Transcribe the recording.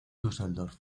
düsseldorf